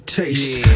taste